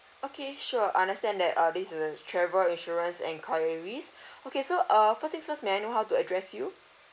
okay sure I understand that uh this is a travel insurance enquiries okay so uh first thing first may I know how to address you